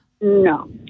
No